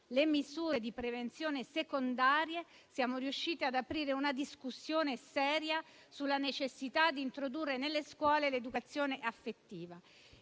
le misure di prevenzione secondarie, siamo riusciti ad aprire una discussione seria sulla necessità di introdurre nelle scuole l'educazione affettiva.